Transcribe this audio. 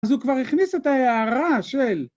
אז הוא כבר הכניס את ההערה של...